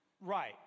right